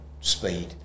speed